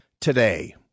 today